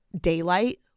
daylight